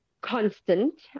constant